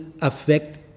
affect